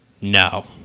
No